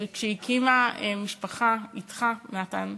ומשהקימה משפחה אתך, נתן,